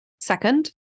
Second